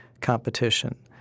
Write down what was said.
competition